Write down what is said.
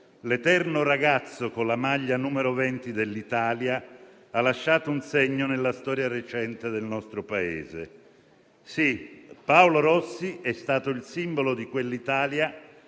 l'eterno ragazzo con la maglia numero 20 dell'Italia - ha lasciato un segno nella storia recente del nostro Paese. Sì, Paolo Rossi è stato il simbolo di quell'Italia